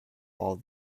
all